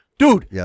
Dude